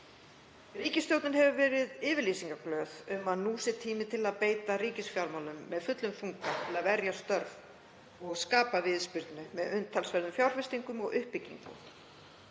Ríkisstjórnin hefur verið yfirlýsingaglöð um að nú sé tíminn til að beita ríkisfjármálum með fullum þunga til að verja störf og skapa viðspyrnu með umtalsverðum fjárfestingum og uppbyggingu.